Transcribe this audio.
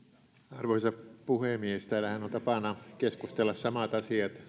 arvoisa puhemies täällähän on tapana keskustella samat asiat